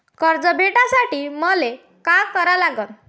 कर्ज घ्यासाठी मले का करा लागन?